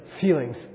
Feelings